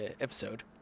episode